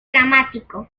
dramático